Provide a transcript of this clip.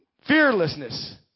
Fearlessness